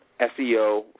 SEO